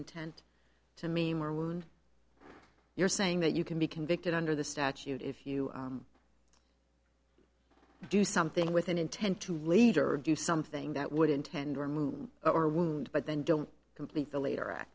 intent to me more when you're saying that you can be convicted under the statute if you do something with an intent to leader or do something that would intend or move or wound but then don't complete the later a